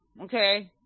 okay